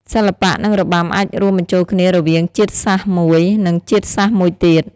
សិល្បៈ និងរបាំអាចរួមបញ្ចូលគ្នារវាងជាតិសាសមួយ និងជាតិសាសន៍មួយទៀត។